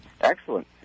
Excellent